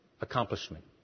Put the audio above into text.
accomplishment